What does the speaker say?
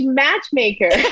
matchmaker